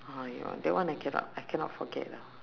oh ya that one I cannot I cannot forget lah